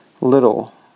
little